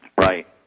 Right